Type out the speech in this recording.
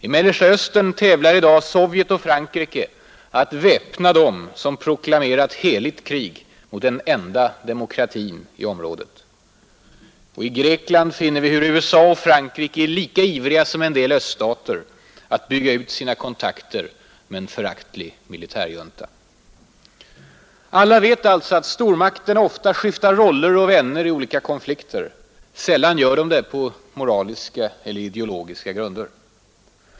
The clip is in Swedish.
I Mellersta Östern tävlar i dag Sovjet och Frankrike att väpna dem som proklamerat heligt krig mot den enda demokratin i området. I Grekland finner vi hur USA och Frankrike är lika ivriga som en del öststater att bygga ut sina kontakter med en föraktlig militärjunta. Alla vet allstå att stormakterna ofta skiftar roller och vänner i olika konflikter — sällan gör de det på moraliska eller ideologiska grunder.